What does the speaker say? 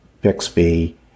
Bixby